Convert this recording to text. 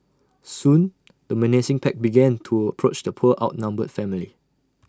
soon the menacing pack began to approach the poor outnumbered family